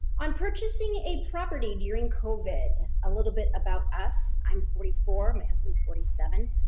on purchasing a property during covid a little bit about us. i'm forty four, my husband's forty seven.